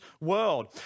world